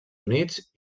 units